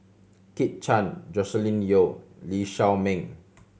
Kit Chan Joscelin Yeo Lee Shao Meng